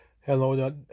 Hello